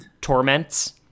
torments